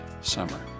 Summer